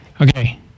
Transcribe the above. Okay